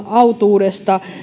autuuden